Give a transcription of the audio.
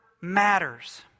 matters